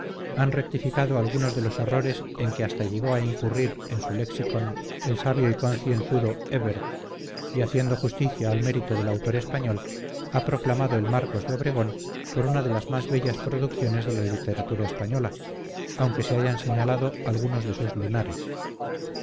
han rectificado algunos de los errores en que hasta llegó a incurrir en su lexicon el sabio y concienzudo ebert y haciendo justicia al mérito del autor español han proclamado el marcos de obregón por una de las más bellas producciones de la literatura española aunque se hayan señalado algunos de sus lunares